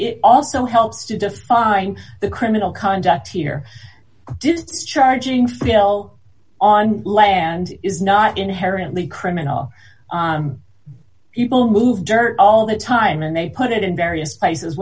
it also helps to define the criminal conduct here did charging for bill on land is not inherently criminal people move dirt all the time and they put it in various places